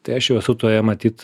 tai aš jau esu toje matyt